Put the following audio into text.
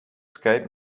skype